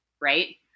right